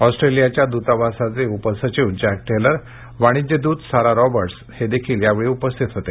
ऑस्ट्रेलियाच्या द्तावासाचे उपसचिव जॅक टेलर वाणिज्य द्त सारा रॉबर्टस हे देखील उपस्थित होते